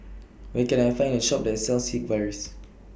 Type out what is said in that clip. Where Can I Find A Shop that sells Sigvaris